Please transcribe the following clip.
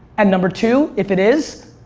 and number two, if it is,